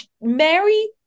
Mary